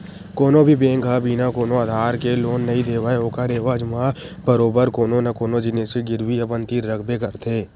कोनो भी बेंक ह बिना कोनो आधार के लोन नइ देवय ओखर एवज म बरोबर कोनो न कोनो जिनिस के गिरवी अपन तीर रखबे करथे